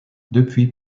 depuis